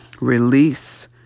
release